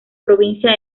provincia